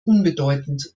unbedeutend